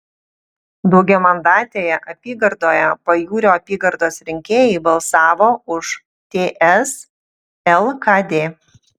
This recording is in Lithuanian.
daugiamandatėje apygardoje pajūrio apygardos rinkėjai balsavo už ts lkd